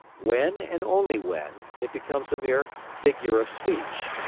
when, and only when, it becomes a mere figure of speech.